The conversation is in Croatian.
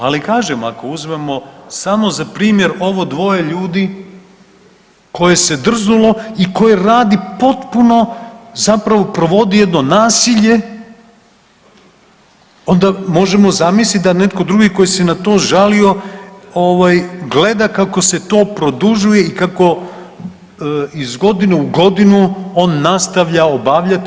Ali kažem ako uzmemo samo za primjer ovo dvoje ljudi koje se drznulo i koje radi potpuno zapravo provodi jedno nasilje onda možemo zamisliti da netko drugi koji se na to žalio gleda kako se to produžuje i kako iz godine u godinu on nastavlja obavljati.